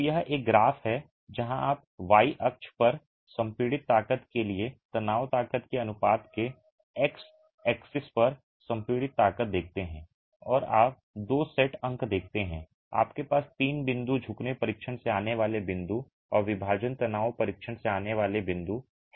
तो यह एक ग्राफ है जहां आप y अक्ष पर संपीड़ित ताकत के लिए तनाव ताकत के अनुपात के साथ एक्स एक्सिस पर संपीड़ित ताकत देखते हैं और आप दो सेट अंक देख सकते हैं आपके पास तीन बिंदु झुकने परीक्षण से आने वाले बिंदु और विभाजन तनाव परीक्षण से आने वाले बिंदु हैं